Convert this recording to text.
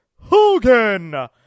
Hogan